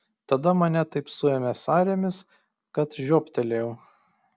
tada mane taip suėmė sąrėmis kad žioptelėjau